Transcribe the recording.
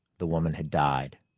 the woman had died,